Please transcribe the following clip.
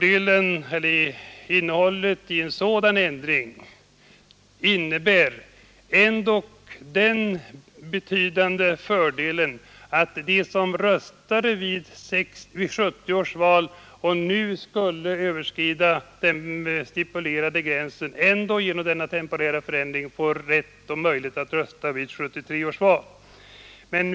En sådan temporär ändring innebär den betydande fördelen att de som röstade vid 1970 års val — och 1973 skulle överskrida den stipulerade gränsen — ändå får möjlighet att rösta vid 1973 års val.